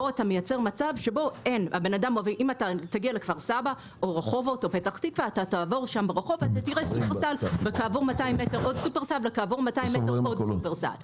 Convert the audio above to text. יש מצב שאם תגיע לכפר סבא או רחובות תראה כמה סניפים של שופרסל ברצף.